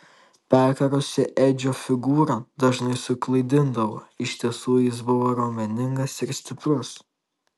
perkarusi edžio figūra dažnai suklaidindavo iš tiesų jis buvo raumeningas ir stiprus